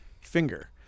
finger